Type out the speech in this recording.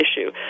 issue